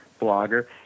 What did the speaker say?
blogger